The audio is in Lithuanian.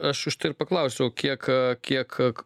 aš už tai ir paklausiau kiek kiek